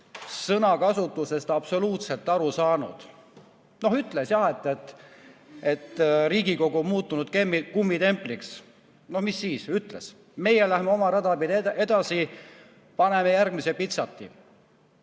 sõnakasutusest absoluutselt aru saanud. Ütles jah, et Riigikogu on muutunud kummitempliks. Noh, mis siis, ütles, meie läheme oma rada pidi edasi, paneme järgmise pitseri,